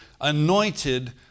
anointed